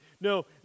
No